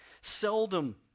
Seldom